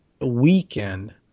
weekend